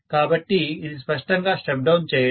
కాబట్టి ఇది స్పష్టంగా స్టెప్ డౌన్ చేయడం